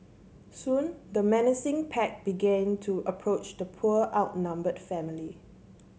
soon the menacing pack began to approach the poor outnumbered family